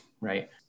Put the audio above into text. right